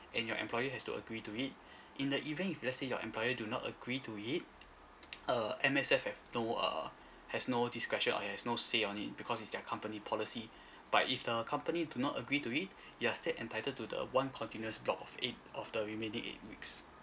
and your employee has to agree to it in the event if let's say your employer do not agree to it err M_S_F have no err has no discussion or has no say on it because it's their company policy but if the company do not agree to it you are still entitled to the one continuous block of eight of the remaining eight weeks